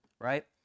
right